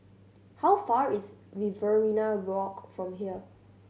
how far is Riverina Walk from here